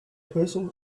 person